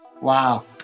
wow